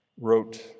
wrote